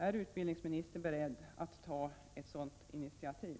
Är utbildningsministern beredd att ta ett sådant initiativ?